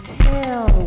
tell